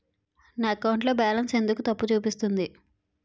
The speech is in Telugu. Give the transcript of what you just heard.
నా అకౌంట్ లో బాలన్స్ ఎందుకు తప్పు చూపిస్తుంది?